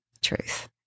truth